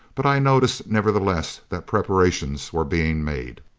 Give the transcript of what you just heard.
but i noticed, nevertheless, that preparations were being made.